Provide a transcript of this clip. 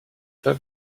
pas